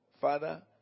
Father